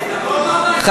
התשע"ו 2016,